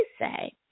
say